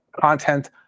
content